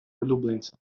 улюбленця